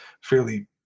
fairly